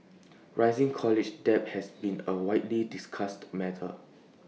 rising college debt has been A widely discussed matter